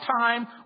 time